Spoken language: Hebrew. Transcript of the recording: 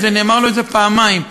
הכיסאות או בין החוקים.